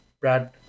Brad